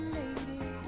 lady